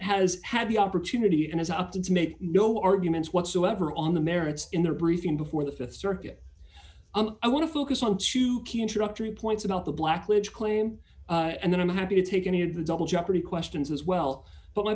has had the opportunity and has opted to make no arguments whatsoever on the merits in their briefing before the th circuit and i want to focus on two key introductory points about the blackledge claim and then i'm happy to take any of the double jeopardy questions as well but my